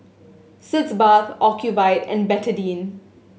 Sitz Bath Ocuvite and Betadine